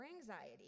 anxiety